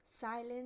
Silence